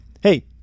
hey